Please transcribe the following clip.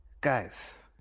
Guys